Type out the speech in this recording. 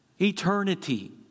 Eternity